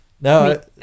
No